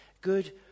good